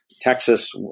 Texas